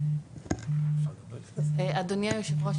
אדוני היושב-ראש,